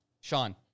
Sean